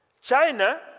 China